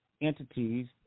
entities